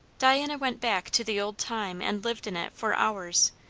diana went back to the old time and lived in it for hours,